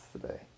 today